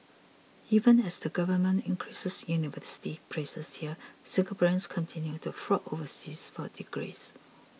even as the Government increases university places here Singaporeans continue to flock overseas for degrees